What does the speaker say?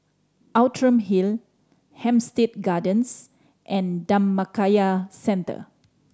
Outram Hill Hampstead Gardens and Dhammakaya Centre